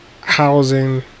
housing